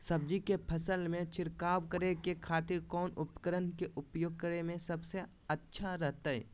सब्जी के फसल में छिड़काव करे के खातिर कौन उपकरण के उपयोग करें में सबसे अच्छा रहतय?